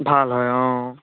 ভাল হয় অঁ